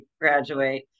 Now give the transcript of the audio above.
graduate